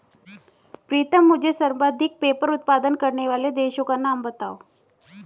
प्रीतम मुझे सर्वाधिक पेपर उत्पादन करने वाले देशों का नाम बताओ?